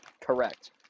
Correct